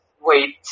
Wait